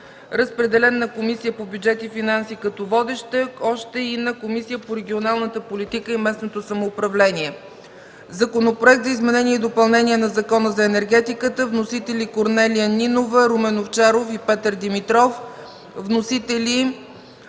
Водеща е Комисията по бюджет и финанси. Разпределен е и на Комисията по регионалната политика и местното самоуправление. Законопроект за изменение и допълнение на Закона за енергетиката. Вносители – Корнелия Нинова, Румен Овчаров и Петър Димитров. Водеща